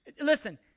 Listen